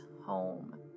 home